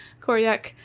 Koryak